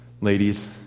ladies